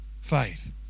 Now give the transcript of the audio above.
faith